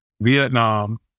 Vietnam